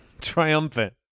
Triumphant